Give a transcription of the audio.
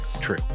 True